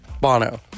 Bono